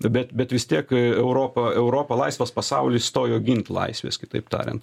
bet bet vis tiek europa europa laisvas pasaulis stojo gint laisvės kitaip tariant